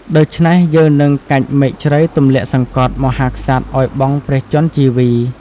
ដូច្នេះ យើងនឹងកាច់មែកជ្រៃទម្លាក់សង្កត់មហាក្សត្រឱ្យបង់ព្រះជន្មជីវី។